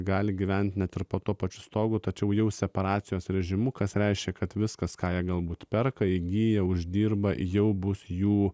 gali gyventi net ir po tuo pačiu stogu tačiau jau separacijos režimu kas reiškia kad viskas ką jie galbūt perka įgiję uždirba jau bus jų